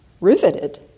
riveted